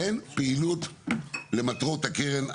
אין פעילות למטרות הקרן עצמה.